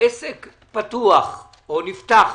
העסק פתוח או נפתח עכשיו,